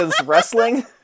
wrestling